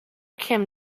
kim